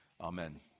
Amen